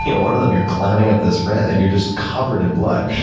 one of them you're climbing up this ramp, and you're just covered in blood.